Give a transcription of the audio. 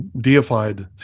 deified